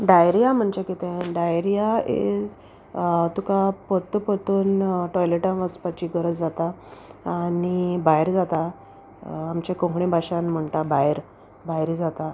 diarrhoea म्हणजे कितें diarrhoea is तुका पत्तो पोत्तून टॉयलेटान वचपाची गरज जाता आनी भायर जाता आमचे कोंकणी भाशान म्हणटा भायर भायर जाता